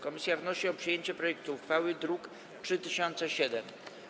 Komisja wnosi o przyjęcie projektu uchwały, druk nr 3007.